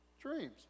dreams